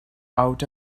out